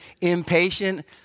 impatient